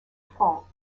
francs